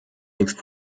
nichts